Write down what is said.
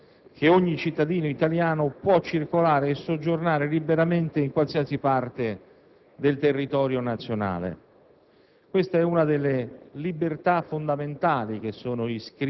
la nostra Costituzione prevede espressamente: «Ogni cittadino italiano può circolare e soggiornare liberamente in qualsiasi parte del territorio nazionale».